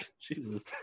Jesus